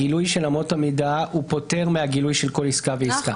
הגילוי של אמות המידה הוא פותר מהגילוי של כל עסקה ועסקה.